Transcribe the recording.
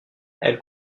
elle